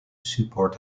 support